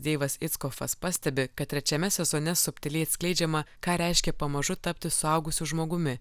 deivas itskofas pastebi kad trečiame sezone subtiliai atskleidžiama ką reiškia pamažu tapti suaugusiu žmogumi